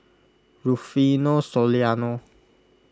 Rufino Soliano